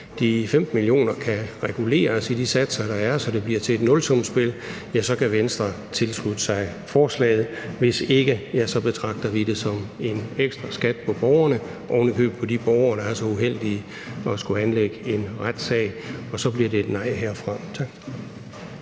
de 15 mio. kr. kan reguleres i de satser, der er, så det bliver til et nulsumsspil, så kan Venstre tilslutte sig forslaget, men hvis ikke, betragter vi det som en ekstra skat for borgerne, ovenikøbet for de borgere, der er så uheldige at skulle anlægge en retssag, og så bliver det et nej herfra. Tak.